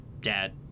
dad